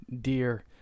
dear